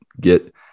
get